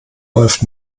läuft